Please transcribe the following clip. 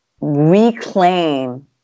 reclaim